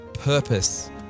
purpose